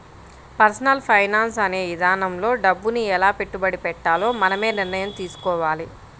personal finance అనే ఇదానంలో డబ్బుని ఎలా పెట్టుబడి పెట్టాలో మనమే నిర్ణయం తీసుకోవాలి